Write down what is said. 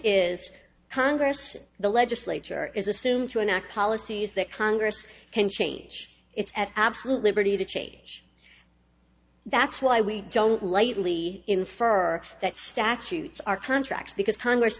is congress the legislature is assumed to enact policies that congress can change it's at absolute liberty to change that's why we don't lightly infer that statutes are contracts because congress